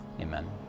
amen